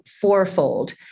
fourfold